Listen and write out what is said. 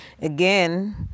again